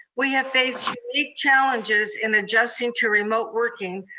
we have faced unique challenges in adjusting to remote working,